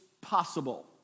possible